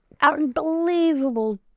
unbelievable